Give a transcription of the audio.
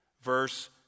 Verse